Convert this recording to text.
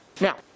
Now